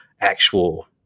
actual